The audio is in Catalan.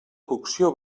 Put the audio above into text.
cocció